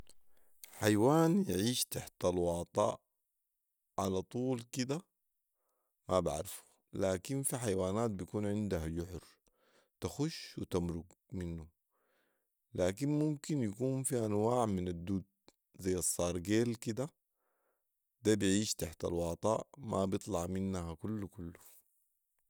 حيوان بيعيش تحت الواطه علي طول كده ده ما بعرفو لكن في حيوانات بيكون عندها جحر تخش وتمرق منه لكن ممكن يكون في انواع من الدود ذي الصارقيل كده ده بيعيش تحت الواطه ما بيطلع منها كلو كلو